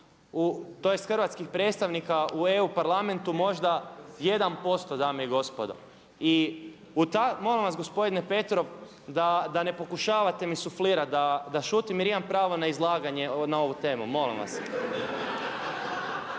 tj. hrvatskih predstavnika u EU Parlamentu možda 1% dame i gospodo. I molim vas gospodine Petrov da ne pokušavate mi suflirati da šutim jer imam pravo na izlaganje na ovu temu, molim vas.